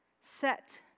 set